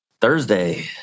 Thursday